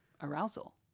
Arousal